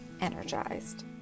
energized